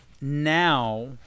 now